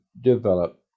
develop